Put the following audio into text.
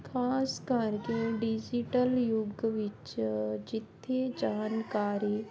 ਖ਼ਾਸ ਕਰਕੇ ਡਿਜੀਟਲ ਯੁੱਗ ਵਿੱਚ ਜਿੱਥੇ ਜਾਣਕਾਰੀ